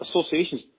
associations